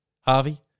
Harvey